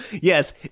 yes